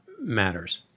matters